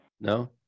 No